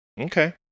Okay